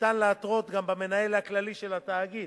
ניתן להתרות גם במנהל הכללי של תאגיד,